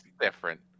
different